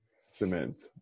cement